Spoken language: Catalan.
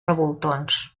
revoltons